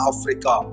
Africa